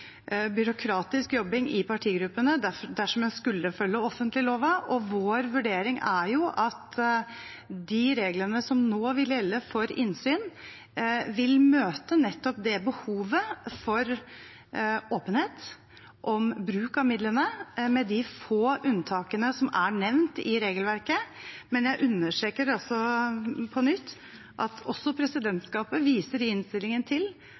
byråkratisk jobbing i partigruppene dersom en skulle følge offentleglova. Vår vurdering er at de reglene som nå vil gjelde for innsyn, vil møte nettopp det behovet for åpenhet om bruk av midlene, med de få unntakene som er nevnt i regelverket. Men jeg understreker på nytt: Presidentskapet viser i innstillingen til